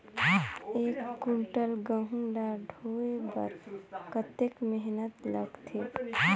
एक कुंटल गहूं ला ढोए बर कतेक मेहनत लगथे?